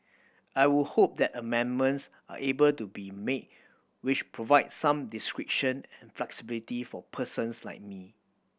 I would hope that amendments are able to be made which provide some discretion and flexibility for persons like me